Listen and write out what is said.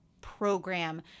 program